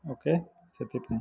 okay ସେଥିପାଇଁ